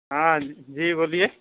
ہاں جی بولیے